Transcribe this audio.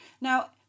Now